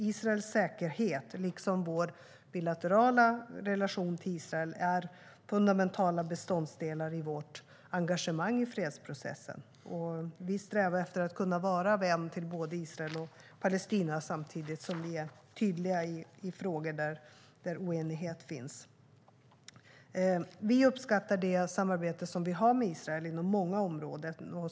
Israels säkerhet, liksom vår bilaterala relation till Israel, är fundamentala beståndsdelar i vårt engagemang i fredsprocessen. Vi strävar efter att kunna vara en vän till både Israel och Palestina, samtidigt som vi är tydliga i frågor där oenighet finns. Vi uppskattar det samarbete som vi har med Israel inom många områden.